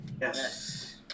Yes